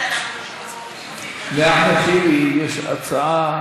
לאחמד טיבי יש הצעה